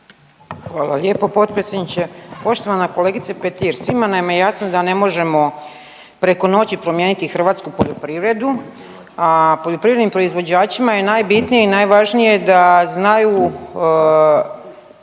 Hvala lijepo potpredsjedniče. Poštovana kolegice Petir, svima nam je jasno da ne možemo preko noći promijeniti hrvatsku poljoprivredu, a poljoprivrednim proizvođačima je najbitnije i najvažnije da znaju